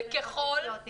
צריך ללמוד לחיות איתו.